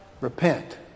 Repent